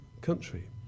country